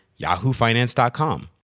yahoofinance.com